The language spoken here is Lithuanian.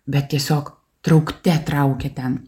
bet tiesiog traukte traukia ten